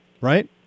right